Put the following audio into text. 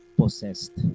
possessed